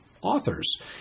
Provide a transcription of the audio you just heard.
authors